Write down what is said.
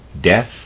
death